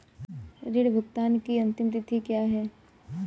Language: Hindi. ऋण भुगतान की अंतिम तिथि क्या है?